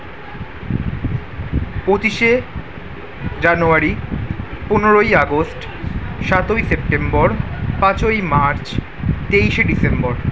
পঁচিশে জানুয়ারি পনেরোই আগস্ট সাতই সেপ্টেম্বর পাঁচই মার্চ তেইশে ডিসেম্বর